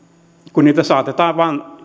kun normistoa saatetaan vain